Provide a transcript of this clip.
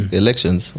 elections